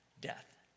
death